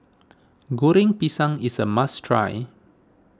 Goreng Pisang is a must try